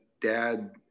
dad